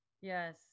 yes